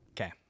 Okay